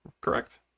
correct